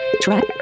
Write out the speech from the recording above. track